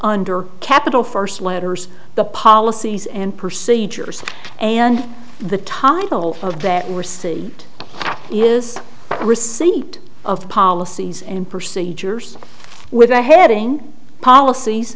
under capital first letters the policies and procedures and the title of that received is receipt of policies and procedures with the heading policies